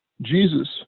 Jesus